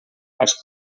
als